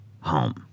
home